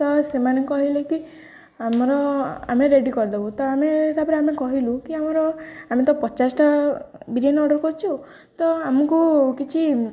ତ ସେମାନେ କହିଲେ କି ଆମର ଆମେ ରେଡ଼ି କରିଦେବୁ ତ ଆମେ ତାପରେ ଆମେ କହିଲୁ କି ଆମର ଆମେ ତ ପଚାଶଟା ବିରିୟାନୀ ଅର୍ଡର୍ କରିଛୁ ତ ଆମକୁ କିଛି